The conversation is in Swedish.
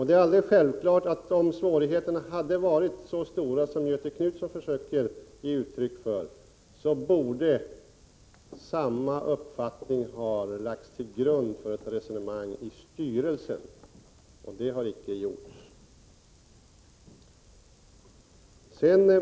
Det är alldeles självklart att om svårigheterna hade varit så stora som Göthe Knutson försöker göra gällande, så borde samma uppfattning ha lagts till grund för ett resonemang i styrelsen. Men det har icke gjorts.